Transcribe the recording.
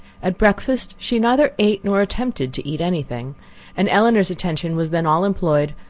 at breakfast she neither ate, nor attempted to eat any thing and elinor's attention was then all employed,